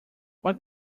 what